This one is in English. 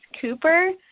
cooper